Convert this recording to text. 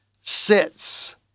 sits